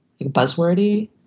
buzzwordy